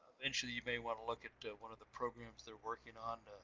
eventually, you may wanna look at one of the programs they're working on